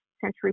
Century